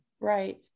right